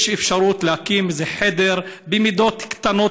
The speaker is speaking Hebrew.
יש אפשרות להקים חדר במידות קטנות,